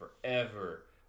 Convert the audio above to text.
forever